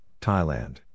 Thailand